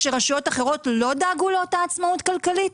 כשרשויות אחרות לא דאגו לאותה עצמאות כלכלית?